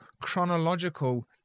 chronological